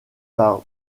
par